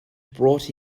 brought